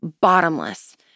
bottomless